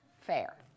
fair